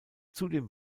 zudem